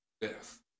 death